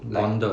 bonded